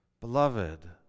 Beloved